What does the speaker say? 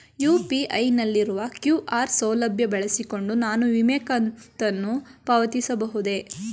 UPI ನಲ್ಲಿರುವ QR ಸೌಲಭ್ಯ ಬಳಸಿಕೊಂಡು ನಾನು ವಿಮೆ ಕಂತನ್ನು ಪಾವತಿಸಬಹುದೇ?